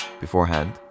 beforehand